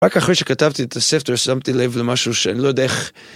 רק אחרי שכתבתי את הספר שמתי לב למשהו שאני לא יודע איך.